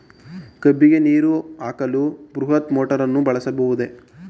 ಕಬ್ಬಿಗೆ ನೀರು ಹಾಕಲು ಬೃಹತ್ ಮೋಟಾರನ್ನು ಬಳಸಬಹುದೇ?